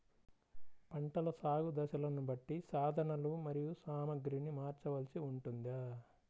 పంటల సాగు దశలను బట్టి సాధనలు మరియు సామాగ్రిని మార్చవలసి ఉంటుందా?